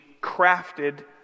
crafted